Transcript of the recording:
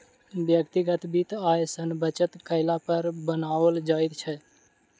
व्यक्तिगत वित्त आय सॅ बचत कयला पर बनाओल जाइत छै